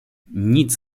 nic